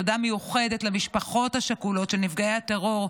תודה מיוחדת למשפחות השכולות של נפגעי הטרור,